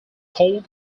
called